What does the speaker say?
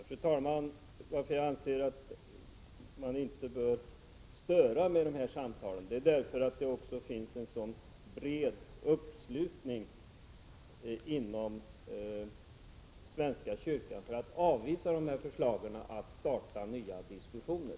Fru talman! Att jag anser att man inte bör störa med dessa samtal beror på att det finns en så bred uppslutning inom svenska kyrkan för att avvisa förslagen att starta nya diskussioner.